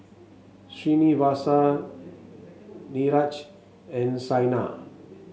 Srinivasa Niraj and Saina